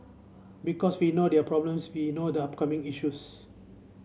because we know their problems we know the upcoming issues